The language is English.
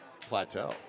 plateau